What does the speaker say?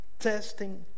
testing